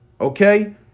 Okay